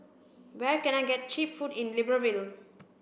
where can I get cheap food in Libreville